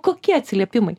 kokie atsiliepimai